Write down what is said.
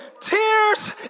Tears